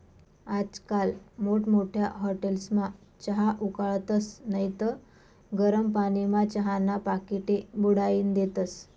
आजकाल मोठमोठ्या हाटेलस्मा चहा उकाळतस नैत गरम पानीमा चहाना पाकिटे बुडाईन देतस